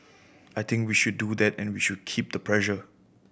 I think we should do that and we should keep the pressure